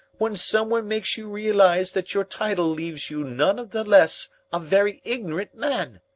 when someone makes you realize that your title leaves you none the less a very ignorant man?